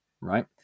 right